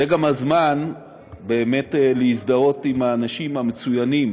זה גם הזמן באמת להזדהות עם האנשים המצוינים